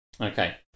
Okay